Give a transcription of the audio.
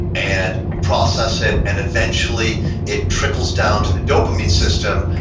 and we process it, and eventually it trickles down to the dopamine system,